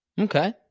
Okay